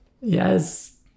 Yes